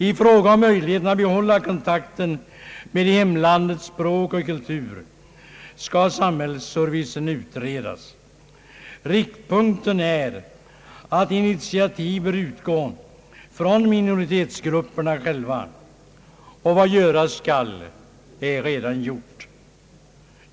I fråga om möjligheterna att behålla kontakten med hemlandets språk och kultur skall samhällsservicen utredas. Riktpunkten i detta avseende är att initiativ bör utgå från minoritetsgrupperna själva, och vad göras skall är redan gjort.